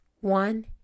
One